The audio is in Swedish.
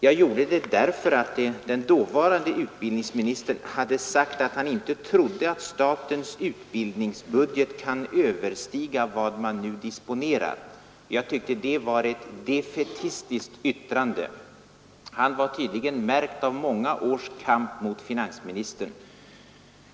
Jag gjorde det därför att den dåvarande utbildningsministern hade sagt, att han inte trodde att statens utbildningsbudget kan överstiga vad man nu disponerar. Jag tyckte det var ett defaitistiskt yttrande — han var tydligen märkt av många års kamp mot finansministern.